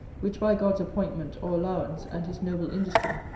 which by god's appointment or allowance, and his noble industry,